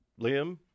Liam